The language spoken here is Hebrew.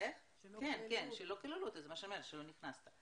כן, שלא כללו, שלא נכנס.